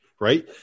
right